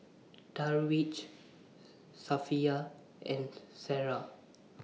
Darwish Safiya and Sarah